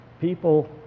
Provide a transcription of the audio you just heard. People